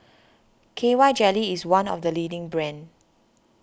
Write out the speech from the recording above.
K Y Jelly is one of the leading brands